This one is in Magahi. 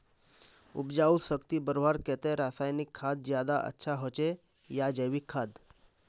उपजाऊ शक्ति बढ़वार केते रासायनिक खाद ज्यादा अच्छा होचे या जैविक खाद?